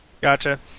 Gotcha